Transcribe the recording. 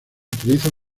utilizan